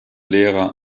lehrer